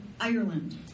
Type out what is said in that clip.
Ireland